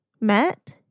met